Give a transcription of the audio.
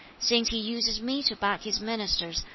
since he uses me to back his ministers,